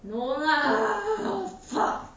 no lah fuck